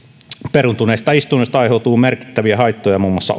peruuntuneista istunnoista aiheutuu merkittäviä haittoja muun muassa